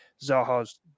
Zaha's